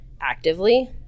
actively